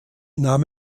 nahm